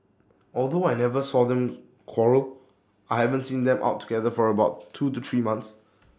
although I never saw them quarrel I haven't seen them out together for about two to three months